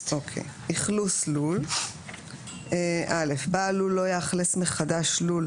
אכלוס לול בעל לול לא יאכלס מחדש לול,